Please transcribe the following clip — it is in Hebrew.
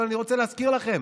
אבל אני רוצה להזכיר לכם,